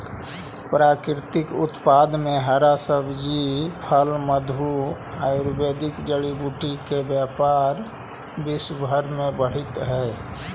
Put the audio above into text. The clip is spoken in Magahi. प्राकृतिक उत्पाद में हरा सब्जी, फल, मधु, आयुर्वेदिक जड़ी बूटी के व्यापार विश्व भर में बढ़ित हई